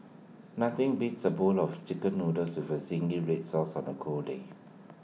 nothing beats A bowl of Chicken Noodles with Zingy Red Sauce on A cold day